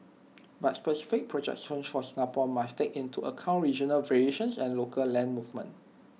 but specific projections for Singapore must take into account regional variations and local land movements